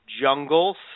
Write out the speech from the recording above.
Jungles